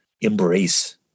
embrace